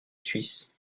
suisses